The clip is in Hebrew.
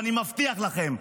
אני מבטיח לכם,